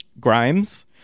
Grimes